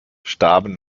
starben